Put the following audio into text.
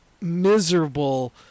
miserable